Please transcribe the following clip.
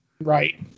Right